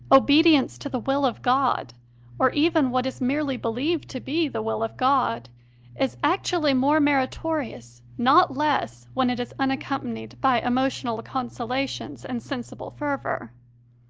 obedience to the will of god or even what is merely believed to be the will of god is actually more meritorious, not less, when it is un accompanied by emotional consolations and sensible fervour.